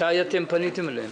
מתי פניתם אליהם?